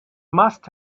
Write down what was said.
must